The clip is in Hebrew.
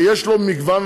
ויש לו מגוון.